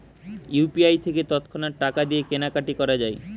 UPI থেকে তৎক্ষণাৎ টাকা দিয়ে কেনাকাটি করা যায়